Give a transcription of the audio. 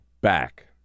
back